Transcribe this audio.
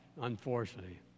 unfortunately